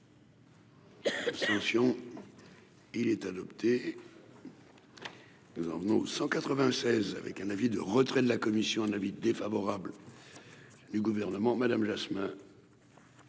Abstention : il est adopté, Besancenot 196 avec un avis de retrait de la commission, un avis défavorable du gouvernement Madame Jasmin.